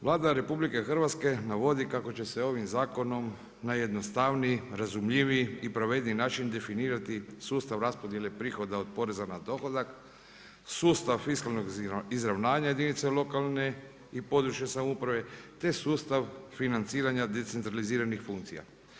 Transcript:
Vlada RH navodi kako će se ovim zakonom na jednostavniji, razumljiviji i pravedniji način definirati sustav raspodjele prihoda od poreza na dohodak, sustav fiskalnog izravnanja jedinice lokalne i područne samouprave, te sustav financiranja decentraliziranih funkcija.